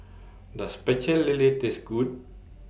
Does Pecel Lele Taste Good